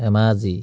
Dhemaji